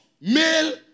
Male